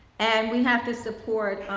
and we have to support